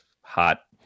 hot